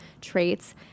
traits